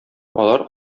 алар